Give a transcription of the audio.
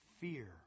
fear